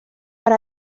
per